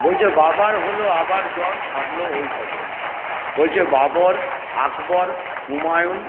বলছে বাবার হল আবার জ্বর সারল ঔষধে বলছে বাবর আকবর হুমায়ুন